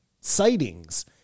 sightings